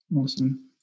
Awesome